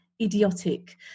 idiotic